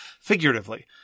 Figuratively